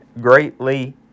greatly